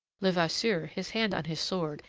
levasseur, his hand on his sword,